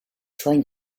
train